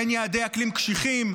אין יעדי אקלים קשיחים,